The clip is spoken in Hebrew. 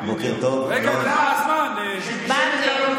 מעולם לא הייתה ממשלה מופקרת כמו הממשלה שלכם.